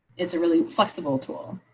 it's a really flexible tool.